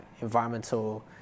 environmental